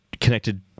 connected